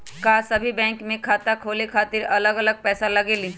का सभी बैंक में खाता खोले खातीर अलग अलग पैसा लगेलि?